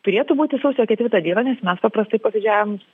turėtų būti sausio ketvirtą dieną nes mes paprastai posėdžiaujam